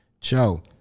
Joe